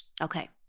Okay